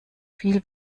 viel